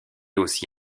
aussi